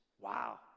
Wow